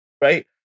right